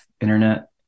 internet